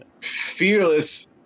Fearless